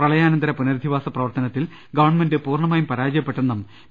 പ്രളയാനന്തര പുനരധിവാസ പ്രവർത്തനത്തിൽ ഗവൺമെന്റ് പൂർണമായും പരാജയപ്പെട്ടെന്നും പി